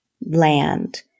land